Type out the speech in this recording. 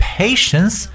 patience